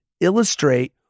illustrate